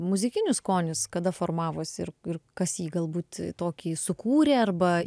muzikinis skonis kada formavosi ir ir kas jį galbūt tokį sukūrė arba